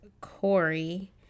Corey